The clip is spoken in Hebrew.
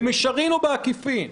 במישרין או בעקיפין,